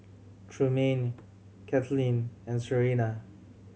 Trumaine Cathleen and Serina